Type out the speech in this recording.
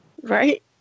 right